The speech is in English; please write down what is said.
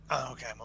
okay